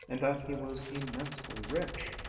and that he was immensely rich.